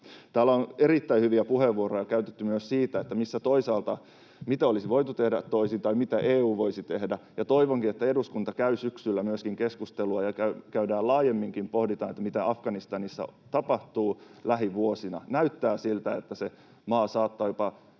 Täällä on erittäin hyviä puheenvuoroja käytetty myös siitä, mitä olisi toisaalta voitu tehdä toisin tai mitä EU voisi tehdä. Ja toivonkin, että eduskunta käy syksyllä myöskin keskustelua ja pohditaan laajemminkin, mitä Afganistanissa tapahtuu lähivuosina. Näyttää siltä, että se maa saattaa jopa